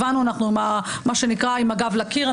הבנו אנחנו עם מה שנקרא עם הגב לקיר,